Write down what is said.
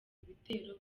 ibitero